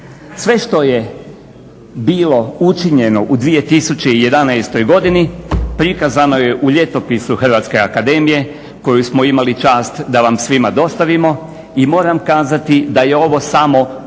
Sve što je bilo učinjeno u 2011. godini prikazano je u Ljetopisu Hrvatske akademije koju smo imali čast da vam svima dostavimo. I moram kazati da je ovo samo